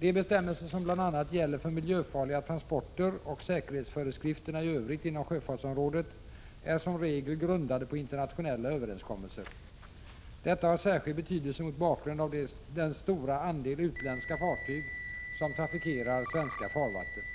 De bestämmelser som bl.a. gäller för miljöfarliga transporter och säkerhetsföreskrifterna i övrigt inom sjöfartsområdet är som regel grundade på internationella överenskommelser. Detta har särskild betydelse mot bakgrund av den stora andel utländska fartyg som trafikerar svenska farvatten.